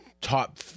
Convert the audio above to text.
top